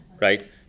Right